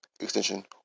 extension